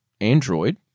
android